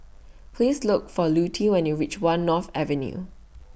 Please Look For Lutie when YOU REACH one North Avenue